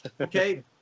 okay